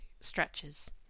stretches